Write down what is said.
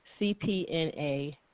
cpna